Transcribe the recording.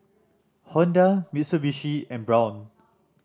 Honda Mitsubishi and Braun